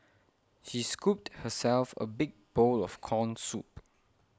she scooped herself a big bowl of Corn Soup